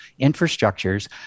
infrastructures